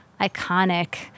iconic